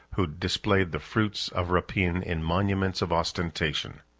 who displayed the fruits of rapine in monuments of ostentation.